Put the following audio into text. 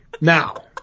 now